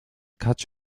catch